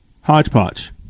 hodgepodge